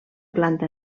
planta